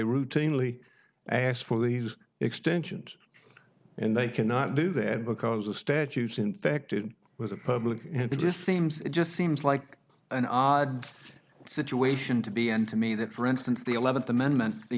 routinely asked for these extensions and they cannot do that because of statutes infected with the public and it just seems it just seems like an odd situation to be and to me that for instance the eleventh amendment you